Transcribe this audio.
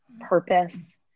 purpose